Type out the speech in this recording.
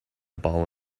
ball